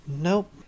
nope